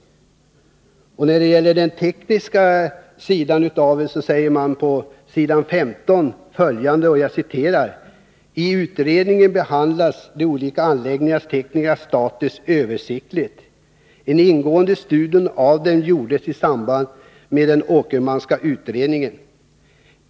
När det gäller den tekniska delen säger man på s. 15: ”I utredningen behandlas de olika anläggningarnas tekniska status översiktligt. En ingående studie av dem gjordes i samband med den Åkermanska utredningen.